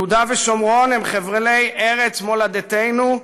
יהודה ושומרון הם חבלי ארץ מולדתנו,